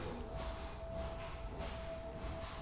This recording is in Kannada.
ಹೈಬ್ರೀಡ್ ತಳಿಗಳಲ್ಲಿ ರೋಗನಿರೋಧಕ ಶಕ್ತಿ ಕಡಿಮೆ ಇರುವುದೇ?